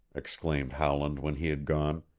exclaimed howland when he had gone.